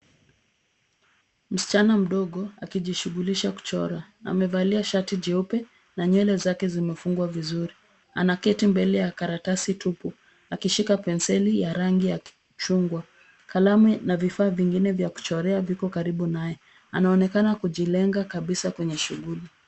Msichana mdogo akijishugulisha kuchora, amevalia shati jeupe na nywele zake zimefungwa vizuri, anaketi mbele ya karatasi tupu akishika penseli ya rangi ya chungwa. Kalamu na vifaa vigine vya kuchorea viko karibu naye, anaonekana kujilenga kabisa kwenye shuguli.